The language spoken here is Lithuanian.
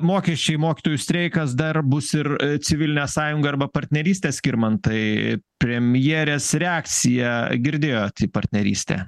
mokesčiai mokytojų streikas dar bus ir civilinė sąjunga arba partnerystė skirmantai premjerės reakciją girdėjot į partnerystę